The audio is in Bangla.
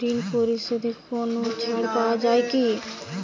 ঋণ পরিশধে কোনো ছাড় পাওয়া যায় কি?